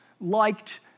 liked